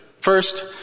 First